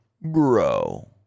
Bro